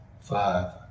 five